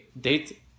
date